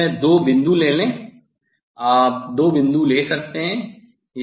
अभी यह दो बिंदु ले लें आप दो बिंदु ले सकते हैं